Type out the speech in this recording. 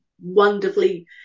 wonderfully